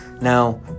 Now